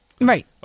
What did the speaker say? Right